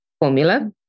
formula